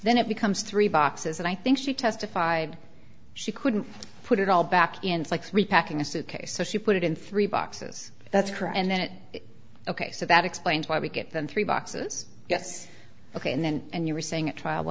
then it becomes three boxes and i think she testified she couldn't put it all back in it's like three packing a suitcase so she put it in three boxes that's her and then it ok so that explains why we get them three boxes yes ok and you were saying at trial